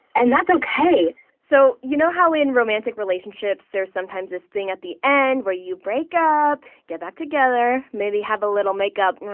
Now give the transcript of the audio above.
and that's okay so you know how in romantic relationships there sometimes this thing at the end where you break up, get back together, maybe have a little makeup?